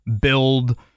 build